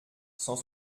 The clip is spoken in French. cent